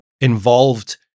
involved